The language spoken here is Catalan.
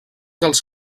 dels